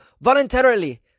voluntarily